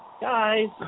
Guys